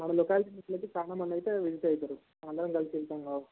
మన లొకాలిటీ నుంచి అయితే చాలా మంది అయితే విసిట్ అవుతారు అందరం కలిసి వెళ్తాము కాబట్టి